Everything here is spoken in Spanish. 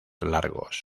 largos